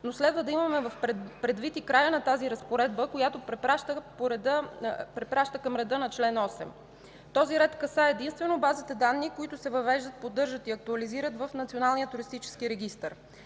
обаче да имаме предвид и края на тази разпоредба, която препраща към реда на чл. 8. Този ред касае единствено базата данни, които се въвеждат, поддържат и актуализират в